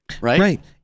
right